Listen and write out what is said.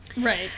Right